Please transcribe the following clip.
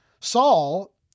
Saul